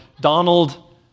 Donald